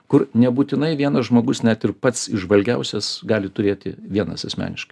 kur nebūtinai vienas žmogus net ir pats įžvalgiausias gali turėti vienas asmeniškai